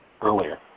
earlier